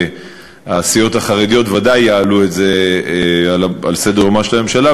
שהסיעות החרדיות ודאי יעלו את זה על סדר-יומה של הממשלה,